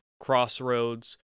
crossroads